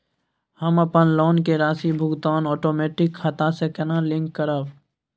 हम अपन लोन के राशि भुगतान ओटोमेटिक खाता से केना लिंक करब?